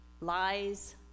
Lies